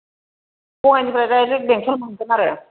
बङाइनिफ्राय दाइरेक्ट बेंथल मोनगोन आरो